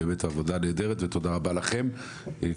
עבודה נהדרת ותודה רבה לכם.